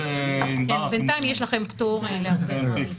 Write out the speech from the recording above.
בינתיים יש לכם פטור להרבה זמן.